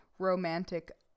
romantic